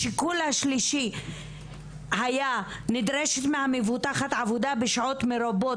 השיקול השלישי נדרשת מהמבוטחת עבודה בשעות מרובות,